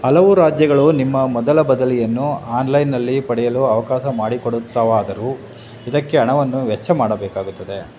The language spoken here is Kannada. ಹಲವು ರಾಜ್ಯಗಳು ನಿಮ್ಮ ಮೊದಲ ಬದಲಿಯನ್ನು ಆನ್ಲೈನ್ನಲ್ಲಿ ಪಡೆಯಲು ಅವಕಾಶ ಮಾಡಿಕೊಡುತ್ತವಾದರೂ ಇದಕ್ಕೆ ಹಣವನ್ನು ವೆಚ್ಚ ಮಾಡಬೇಕಾಗುತ್ತದೆ